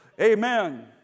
amen